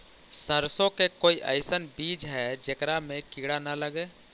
सरसों के कोई एइसन बिज है जेकरा में किड़ा न लगे?